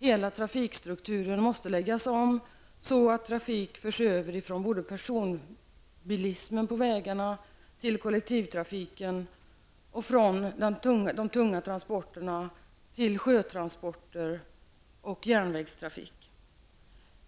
Hela trafikstrukturen måste läggas om, så att trafik förs över från personbilism till kollektivtrafik, från tunga transporter till sjötransporter och järnvägstrafik.